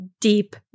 deep